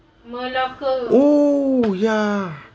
oh yeah